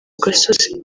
gasozi